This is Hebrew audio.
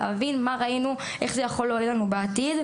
להבין מה ראינו ואיך זה יכול להועיל לנו בעתיד.